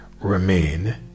remain